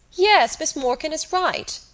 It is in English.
yes, miss morkan is right,